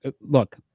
look